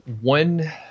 one